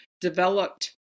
developed